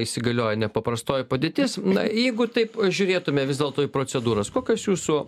įsigaliojo nepaprastoji padėtis na jeigu taip žiūrėtume vis dėlto į procedūras kokios jūsų